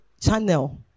channel